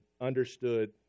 understood